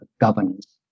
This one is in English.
governance